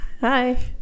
Hi